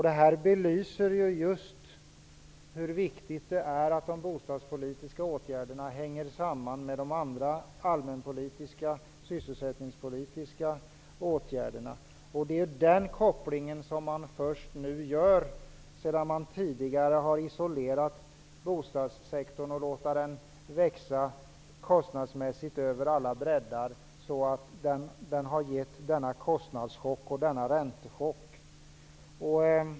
Det belyser hur viktigt det är att de bostadspolitiska åtgärderna hänger samman med de allmänpolitiska och sysselsättningspolitiska åtgärderna. Den kopplingen gör man först nu. Tidigare har man isolerat bostadssektorn och låtit den kostnadsmässigt växa över alla bräddar, så att vi fick denna kostnadschock och räntechock.